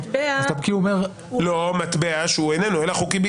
מטבע הוא הילך חוקי,